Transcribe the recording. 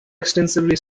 extensively